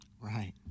Right